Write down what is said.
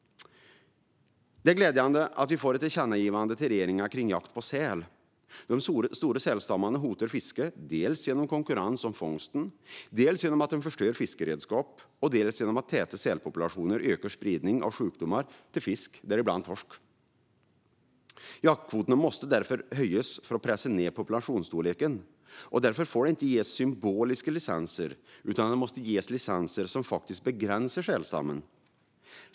Det är glädjande att vi får ett tillkännagivande till regeringen kring jakt på säl. De stora sälstammarna hotar fisket, dels genom konkurrens om fångsten, dels genom att de förstör fiskeredskap och dels genom att täta sälpopulationer ökar spridningen av sjukdomar till fisk, däribland torsk. Jaktkvoterna måste därför höjas för att pressa ned populationsstorleken. Därför får det inte ges symboliska licenser, utan det måste ges licenser som faktiskt begränsar sälstammen.